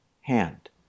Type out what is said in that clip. Hand